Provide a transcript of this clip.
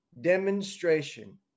demonstration